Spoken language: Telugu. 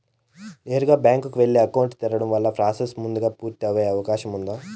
నేరుగా బ్యాంకు కు వెళ్లి అకౌంట్ తెరవడం వల్ల ప్రాసెస్ ముందుగా పూర్తి అయ్యే అవకాశం ఉందా?